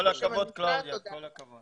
כל הכבוד, קלאודיה, כל הכבוד.